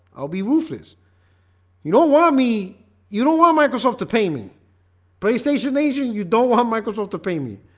i'll be ruthless you don't want me you don't want microsoft to pay me playstation asian, you don't want microsoft to pay me.